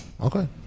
Okay